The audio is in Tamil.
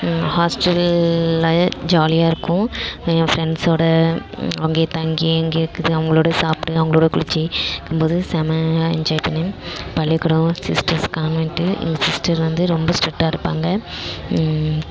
ஹாஸ்டலில் ஜாலியாக இருக்கும் என் ஃப்ரெண்ட்ஸோடு அங்கேயே தங்கி அங்கேயேக்குது அவங்களோட சாப்பிட்டு அவங்களோட குளிச்சி இருக்கும்போது செமையா என்ஜாய் பண்ணிணேன் பள்ளிக்கூடம் சிஸ்டர்ஸ் கான்வென்ட்டு எங்கள் சிஸ்டர் வந்து ரொம்ப ஸ்ட்ரிக்ட்டாக இருப்பாங்க